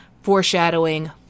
foreshadowing